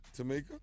Tamika